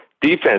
defense